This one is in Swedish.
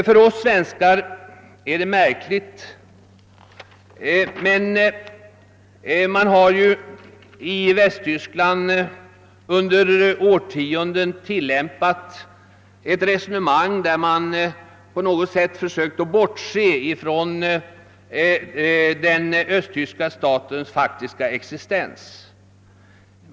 För oss svenskar är det märkligt att man i Västtyskland under årtionden har fört ett resonemang som inneburit, att man på något sätt försökt att bortse ifrån den östtyska statens faktiska existens.